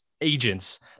agents